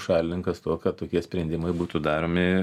šalininkas to kad tokie sprendimai būtų daromi